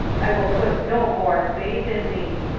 i will put no more faith in thee!